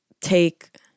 take